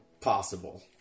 possible